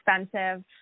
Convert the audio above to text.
expensive